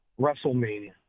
WrestleMania